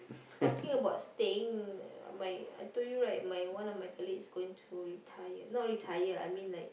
talking about staying my I told you right my one of my colleagues is going to retire not retire I mean like